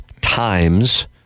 times